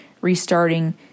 restarting